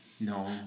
No